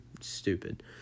stupid